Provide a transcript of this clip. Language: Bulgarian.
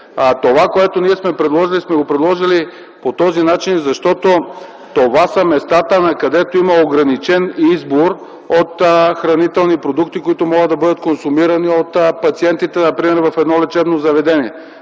заведения”. Ние сме предложили текста по този начин, защото това са места, където има ограничен избор от хранителни продукти, които могат да бъдат консумирани от пациентите, например в лечебно заведение.